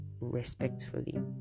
respectfully